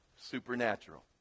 supernatural